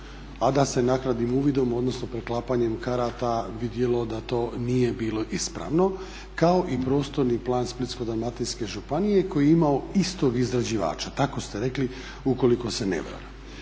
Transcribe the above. a da se naknadnim uvidom, odnosno preklapanjem karata vidjelo da to nije bilo ispravno kao i prostorni plan Splitsko-dalmatinske županije koji je imao istog izrađivača. Tako ste rekli ukoliko se ne varam.